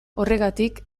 horregatik